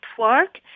work